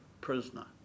prisoner